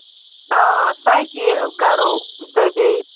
آ تۄہہِ تہِ کرو تہٕ بیٚیہِ